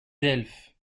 delphes